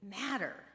matter